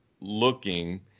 looking